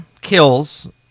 kills